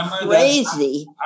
crazy